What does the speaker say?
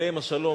עליהם השלום,